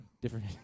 Different